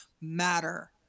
matter